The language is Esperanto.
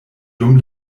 dum